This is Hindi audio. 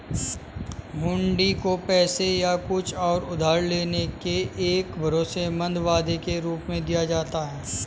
हुंडी को पैसे या कुछ और उधार लेने के एक भरोसेमंद वादे के रूप में दिया जाता है